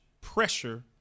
pressure